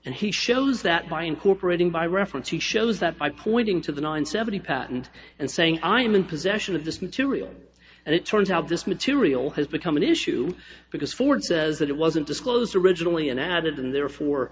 and he shows that by incorporating by reference he shows that by pointing to the nine seventy patent and saying i am in possession of this material and it turns out this material has become an issue because ford says that it wasn't disclosed originally and added in there for